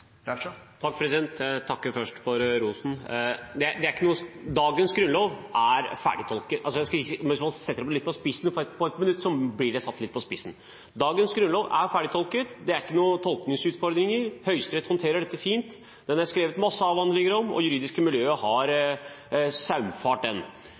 Raja forklare hvordan det vil gi mindre tolkningsrom når man i samme grunnlov får en hel remse med forskjellige språkversjoner til forskjellige paragrafer? Jeg takker først for rosen. Dagens grunnlov er ferdigtolket. På ett minutt blir dette satt litt på spissen, men dagens grunnlov er ferdigtolket, det er ikke noen tolkningsutfordringer, Høyesterett håndterer dette fint, det er skrevet masse avhandlinger om den, og det juridiske miljøet har saumfart den.